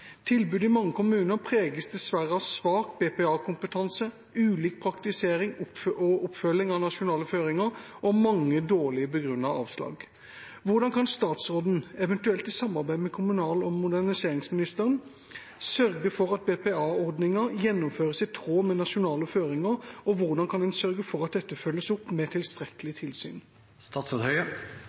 i mange av kommunene preges dessverre av svak BPA-kompetanse, ulik praktisering/oppfølging av nasjonale føringer og mange dårlig begrunnede avslag. Hvordan kan statsråden, eventuelt i samarbeid med kommunal- og moderniseringsministeren, sørge for at BPA-ordningen gjennomføres i tråd med nasjonale føringer, og hvordan kan man sørge for at dette følges opp med tilstrekkelig